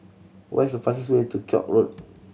what is the fastest way to Koek Road